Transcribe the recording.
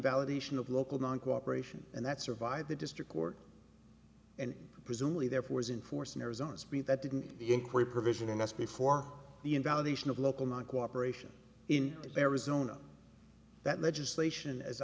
validation of local non cooperation and that survived the district court and presumably there was in force in arizona speak that didn't the inquiry provision in us before the invalidation of local not cooperation in arizona that legislation as